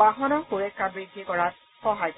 বাহনৰ সুৰক্ষা বৃদ্ধি কৰাত সহায় কৰিব